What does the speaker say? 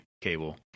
cable